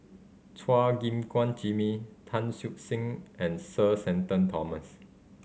Chua Gim Guan Jimmy Tan Siew Sin and Sir Shenton Thomas